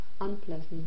unpleasant